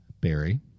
Barry